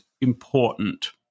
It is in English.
important